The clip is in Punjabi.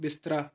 ਬਿਸਤਰਾ